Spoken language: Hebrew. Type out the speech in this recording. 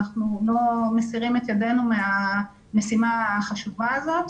אנחנו לא מסירים את ידנו מהמשימה החשובה הזאת,